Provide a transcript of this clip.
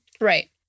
Right